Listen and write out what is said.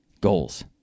goals